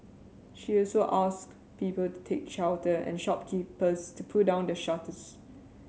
she also asked people to take shelter and shopkeepers to pull down the shutters